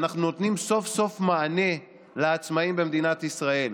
ואנחנו נותנים סוף-סוף מענה לעצמאים במדינת ישראל.